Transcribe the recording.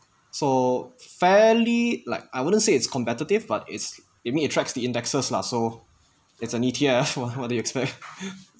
so fairly like I wouldn't say it's competitive but it's it mean it tracks the indexes lah so it's an E_T_F what what do you expect